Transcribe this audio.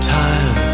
time